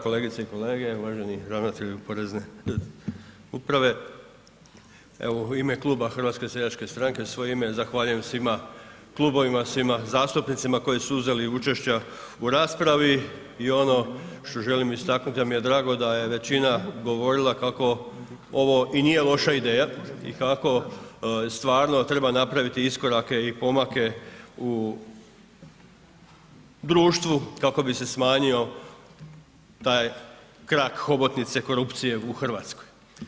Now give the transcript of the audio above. Kolegice i kolege, uvaženi ravnatelju Porezne uprave evo u ime Kluba HSS-a i u svoje ime zahvaljujem svima klubovima, svima zastupnicima koji su uzeli učešća u raspravi i ono što želim istaknuti da mi je drago da je većina govorila kako ovo i nije loša ideja i kako stvarno treba napraviti iskorake i pomake u društvu kako bi se smanjio taj krak hobotnice korupcije u Hrvatskoj.